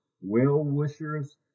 well-wishers